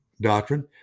doctrine